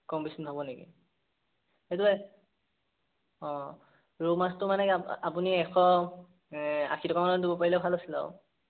কম বেছি নহ'ব নেকি সেইটোৱেই অঁ ৰৌ মাছটো মানে আপুনি এশ আশী টকা মানত দিব পাৰিলে ভাল আছিল আৰু